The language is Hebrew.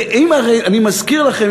אני מזכיר לכם,